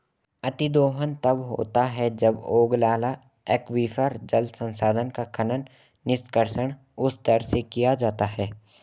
अतिदोहन तब होता है जब ओगलाला एक्वीफर, जल संसाधन का खनन, निष्कर्षण उस दर से किया जाता है